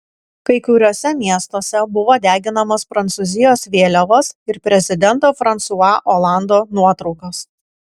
kai kuriuose miestuose buvo deginamos prancūzijos vėliavos ir prezidento fransua olando nuotraukos